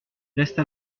reste